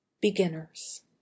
Beginners